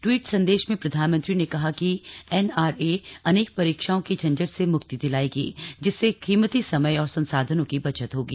tweet संदेश में प्रधानमंत्री ने कहा कि एनआरए अनेक परीक्षाओं के झंझट से म्क्ति दिलाएगी जिससे कीमती समय और संसाधनों की बचत होगी